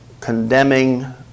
condemning